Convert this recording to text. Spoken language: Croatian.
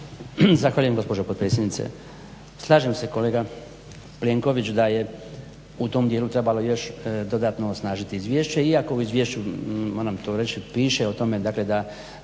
Zahvaljujem gospođo potpredsjednice. Slažem se kolega Plenković, da je u tom dijelu trebalo još dodatno osnažiti izvješće, iako u izvješću moram to reći piše o tome, dakle da